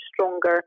stronger